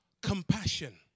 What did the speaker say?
compassion